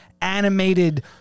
animated